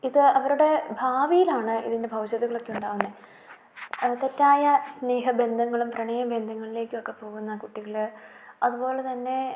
ഇത് അവരുടെ ഭാവിയിലാണ് ഇതിൻ്റെ ഭവിഷ്യത്തുകളൊക്കെ ഉണ്ടാവുന്നത് തെറ്റായ സ്നേഹബന്ധങ്ങളും പ്രണയബന്ധങ്ങളിലേക്കൊക്കെ പോകുന്ന കുട്ടികൾ അതുപോലെതന്നെ